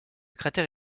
cratère